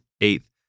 eighth